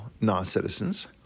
non-citizens